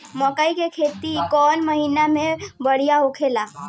मकई के खेती कौन महीना में बढ़िया होला?